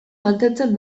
mantentzen